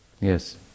Yes